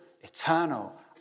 eternal